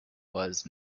was